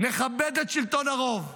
נכבד את שלטון הרוב.